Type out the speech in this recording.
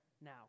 Now